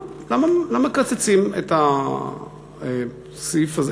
למה מקצצים את הסעיף הזה,